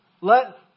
Let